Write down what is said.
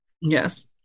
Yes